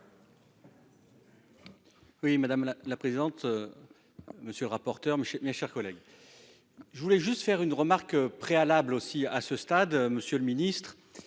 Oui madame la présidente. Monsieur le rapporteur. Mais chez mes chers collègues. Je voulais juste faire une remarque préalable aussi à ce stade. Monsieur le Ministre.